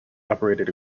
operated